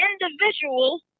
individuals